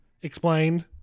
explained